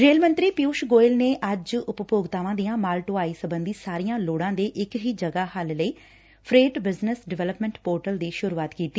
rail ਮੰਤਰੀ ਪਿਉਸ਼ ਗੋਇਲ ਨੇ ਅੱਜ ਉਪਭੋਗਤਾਵਾਂ ਦੀਆਂ ਮਾਲ ਢੋਆਈ ਸਬੰਧੀ ਸਾਰੀਆਂ ਲੋੜਾਂ ਦੇ ਇਕ ਹੀ ਜਗ਼ਾ ਹੱਲ ਲਈ ਫਰੇਟ ਬਿਜਨੈਸ ਡਿਵੈਲਪਮੈਟ ਪੋਰਟਲ ਦੀ ਸ਼ਰੁਆਤ ਕੀਡੀ